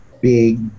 big